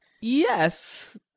yes